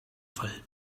fall